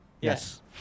Yes